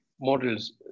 models